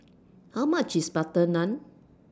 How much IS Butter Naan